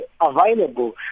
available